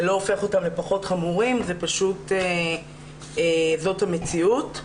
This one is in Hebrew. זה לא הופך אותם לפחות חמורים, פשוט זו המציאות.